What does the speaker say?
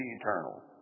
eternal